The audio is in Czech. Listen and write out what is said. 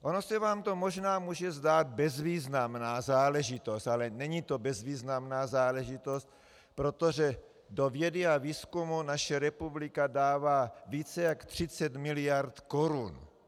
Ono se vám to možná může zdát bezvýznamná záležitost, ale není to bezvýznamná záležitost, protože do vědy a výzkumu naše republika dává více jak 30 miliard korun.